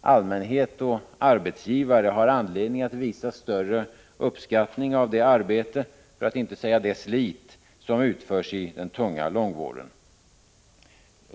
Allmänhet och arbetsgivare har anledning att visa större uppskattning av det arbete — för att inte säga det slit — som utförs i den tunga långvården.